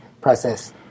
process